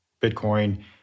Bitcoin